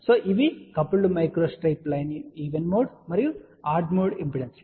కాబట్టి ఇవి coupled microstrip line even mode మరియు బేసి మోడ్ ఇంపెడెన్సులు